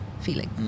feeling